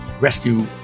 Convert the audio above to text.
rescue